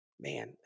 Man